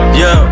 yo